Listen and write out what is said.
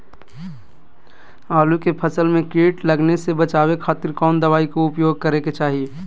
आलू के फसल में कीट लगने से बचावे खातिर कौन दवाई के उपयोग करे के चाही?